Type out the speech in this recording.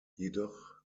jedoch